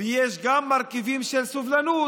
ויש גם מרכיבים של סובלנות,